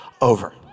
over